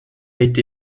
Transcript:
été